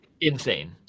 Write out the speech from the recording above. insane